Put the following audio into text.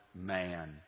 man